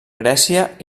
grècia